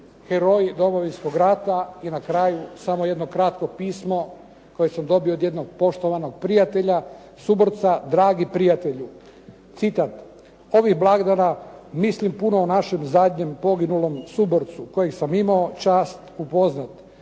heroji Domovinskog rata. I na kraju samo jedno kratko pismo koje sam dobio od jednog poštovanog prijatelja, suborca. “Dragi prijatelju!“ Citat: “Ovih blagdana mislim puno o našem zadnjem poginulom suborcu kojeg sam imao čast upoznati.